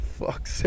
Fuck